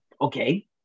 Okay